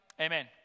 amen